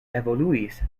evoluis